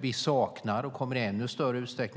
Vi saknar och kommer